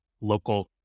local